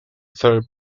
third